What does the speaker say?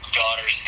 daughter